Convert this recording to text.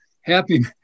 happy